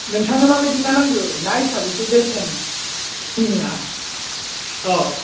नोंथांनो माबायदि ना नांगौ ना हिसाबैसो बेसेन जोंनिया अ